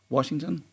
Washington